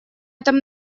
этом